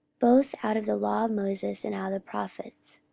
both out of the law of moses, and out of the prophets,